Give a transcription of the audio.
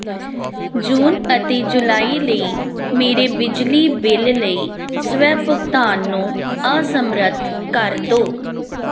ਜੂਨ ਅਤੇ ਜੁਲਾਈ ਲਈ ਮੇਰੇ ਬਿਜਲੀ ਬਿੱਲ ਲਈ ਸਵੈ ਭੁਗਤਾਨ ਨੂੰ ਅਸਮਰੱਥ ਕਰ ਦਿਓ